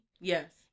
Yes